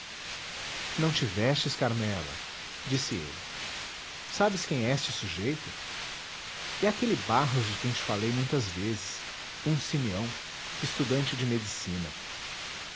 te vexes carmela disse ele sabes quem é este sujeito é aquele barros de quem te falei muitas vezes um simeão estudante de medicina